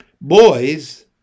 Boys